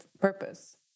purpose